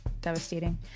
devastating